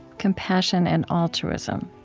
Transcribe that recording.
compassion, and altruism,